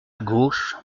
gauche